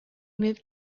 moved